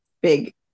big